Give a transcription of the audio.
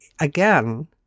again